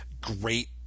Great